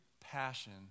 passion